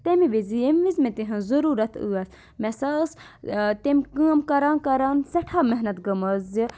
تَمہِ وِزِ ییٚمہِ وِز مےٚ تِہٕنٛز ضروٗرت ٲس مےٚ ہَسا ٲس تِم کٲم کَران کران سؠٹھاہ محنت گٔمٕژ زِ